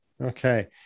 Okay